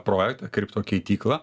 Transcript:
projektą kripto keityklą